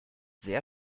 sehr